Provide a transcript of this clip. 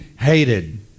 hated